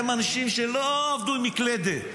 הם אנשים שלא עבדו עם מקלדת.